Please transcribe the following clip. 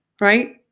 right